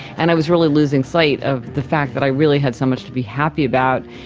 and i was really losing sight of the fact that i really had so much to be happy about.